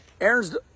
Aaron's